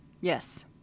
Yes